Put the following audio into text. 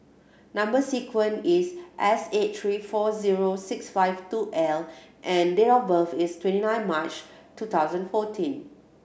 number sequence is S eight three four zero six five two L and date of birth is twenty nine March two thousand fourteen